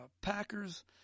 Packers